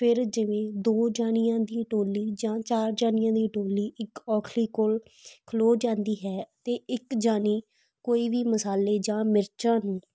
ਫਿਰ ਜਿਵੇਂ ਦੋ ਜਣੀਆਂ ਦੀ ਟੋਲੀ ਜਾਂ ਚਾਰ ਜਣੀਆਂ ਦੀ ਟੋਲੀ ਇੱਕ ਔਖਲੀ ਕੋਲ ਖਲੋ ਜਾਂਦੀ ਹੈ ਅਤੇ ਇੱਕ ਜਣੀ ਕੋਈ ਵੀ ਮਸਾਲੇ ਜਾਂ ਮਿਰਚਾਂ ਨੂੰ